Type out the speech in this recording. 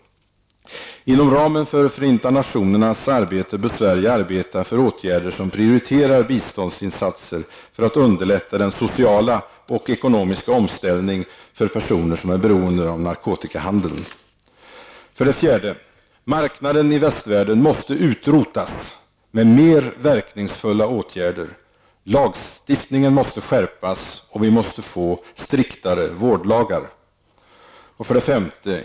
Inom ramen för Förenta nationernas arbete bör Sverige arbeta för åtgärder som prioriterar biståndsinsatser för att underlätta den sociala och ekonomiska omställningen för personer som är beroende av narkotikahandeln. 4. Marknaden i västvärlden måste utrotas med mer verkningsfulla åtgärder. Lagstiftningen måste skärpas. Vi måste få striktare vårdlagar! 5.